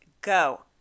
go